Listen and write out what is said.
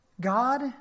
God